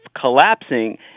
collapsing